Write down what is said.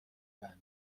بنده